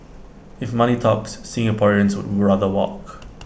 if money talks Singaporeans would rather walk